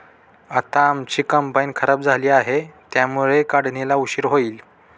आता आमची कंबाइन खराब झाली आहे, त्यामुळे काढणीला उशीर होईल